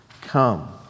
come